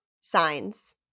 Signs